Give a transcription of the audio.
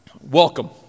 Welcome